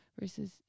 versus